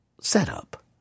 setup